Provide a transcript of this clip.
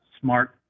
smart